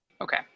Okay